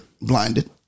Blinded